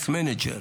Case Manager,